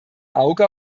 auge